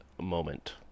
moment